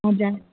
हजुर